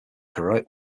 heroic